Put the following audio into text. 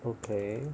okay